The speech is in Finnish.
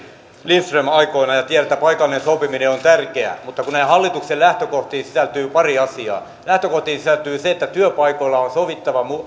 lindström aikoinaan ja tiedän että paikallinen sopiminen on on tärkeää mutta näihin hallituksen lähtökohtiin sisältyy pari asiaa lähtökohtiin sisältyy se että työpaikoilla on sovittava